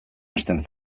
hasten